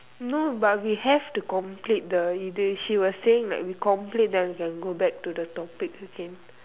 no but we have to complete the இது:ithu she was saying that we complete then we can go back to the topic again